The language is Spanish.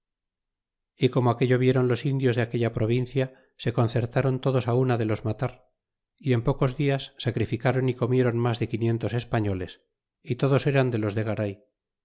y como aquello vieron los indios de aquella provincia se concertaron todos á una de los matar y en pocos dias sacrifleáron y comieron mas de quinientos españoles y todos eran de los de garay